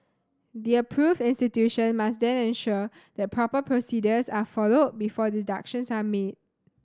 the approved institution must then ensure that proper procedures are followed before deductions are made